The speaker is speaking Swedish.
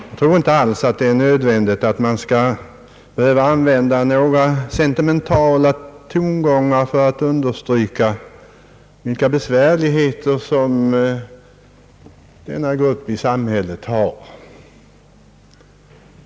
Jag tror inte alls att det är nödvändigt att använda några sentimentala tongångar för att understryka vilka besvärligheter denna grupp i samhället har.